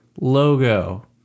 logo